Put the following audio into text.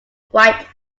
white